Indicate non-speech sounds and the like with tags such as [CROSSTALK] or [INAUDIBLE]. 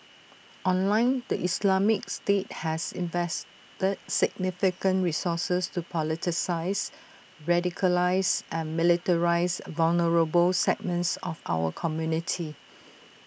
online the Islamic state has invested significant resources to politicise radicalise and militarise vulnerable segments of our community [NOISE]